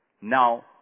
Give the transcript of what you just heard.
Now